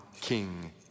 King